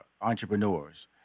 entrepreneurs